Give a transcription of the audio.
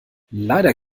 leider